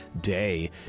day